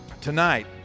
Tonight